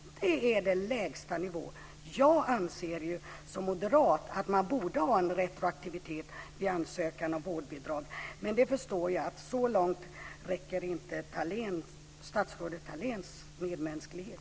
Det är den lägsta nivån. Som moderat anser jag att det borde finnas retroaktivitet vid ansökan om vårdbidrag, men jag förstår att så långt räcker inte statsrådets Thaléns medmänsklighet.